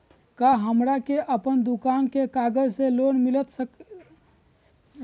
का हमरा के अपन दुकान के कागज से लोन मिलता सकली हई?